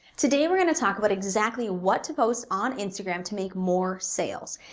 today we're gonna talk about exactly what to post on instagram to make more sales.